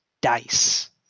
dice